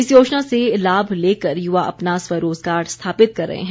इस योजना से लाभ लेकर युवा अपना स्वरोजगार स्थापित कर रहे हैं